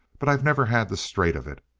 but i've never had the straight of it.